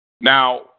Now